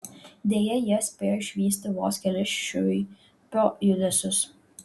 deja jie spėjo išvysti vos kelis šiuipio judesius